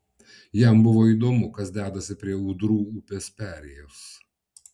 jam buvo įdomu kas dedasi prie ūdrų upės perėjos